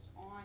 on